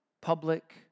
public